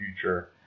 future